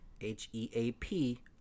H-E-A-P